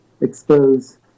expose